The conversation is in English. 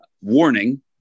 Warning